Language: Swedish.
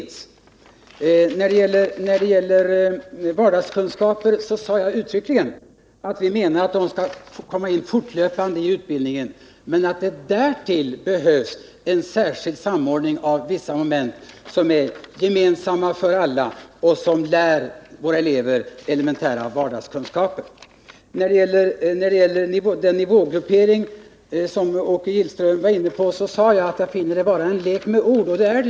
När det gäller vardagskunskaper sade jag uttryckligen att vi menar att de skall komma in fortlöpande i utbildningen men att det därtill behövs en särskild samordning av vissa moment som är gemensamma för alla. När det gäller nivågrupperingen, som Åke Gillström var inne på, sade jag att jag tycker att det är en lek med ord.